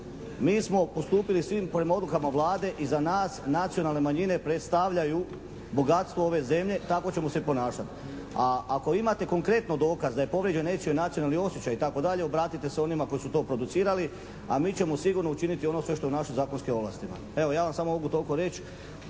mi smo postupili prema svim odlukama Vlade i za nas nacionalne manjine predstavljaju bogatstvo ove zemlje. Tako ćemo se i ponašati. A ako imate konkretno dokaze da je povrijeđen nečiji nacionalni osjećaj itd., obratite se onima koji su to producirali a mi ćemo sigurno učiniti ono sve što je u našim zakonskim ovlastima. Evo ja vam samo toliko mogu